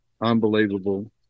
Unbelievable